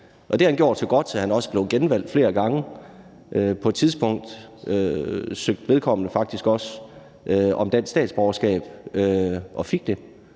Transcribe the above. har han gjort så godt, at han også er blevet genvalgt flere gange. På et tidspunkt søgte han faktisk også om dansk statsborgerskab og fik det.